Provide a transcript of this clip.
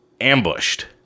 ambushed